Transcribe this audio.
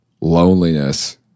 loneliness